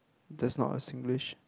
that's not a Singlish